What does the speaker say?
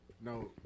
No